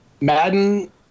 Madden